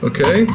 Okay